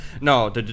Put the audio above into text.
No